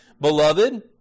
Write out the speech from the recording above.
beloved